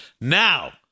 Now